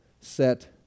set